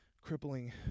crippling